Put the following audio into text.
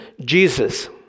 Jesus